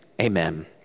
Amen